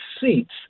seats